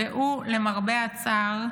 והוא, למרבה הצער,